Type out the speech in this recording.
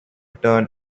turn